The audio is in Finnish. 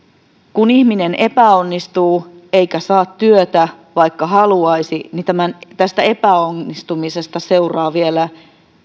kun ihminen epäonnistuu eikä saa työtä vaikka haluaisi niin tästä epäonnistumisesta seuraa vielä